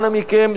אנא מכם,